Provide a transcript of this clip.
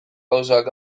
gauzak